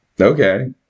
Okay